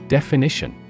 Definition